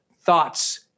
thoughts